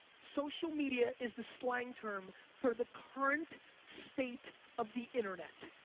social media is the slang term for the current state of the internet.